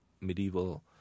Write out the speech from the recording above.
medieval